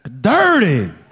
dirty